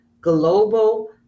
global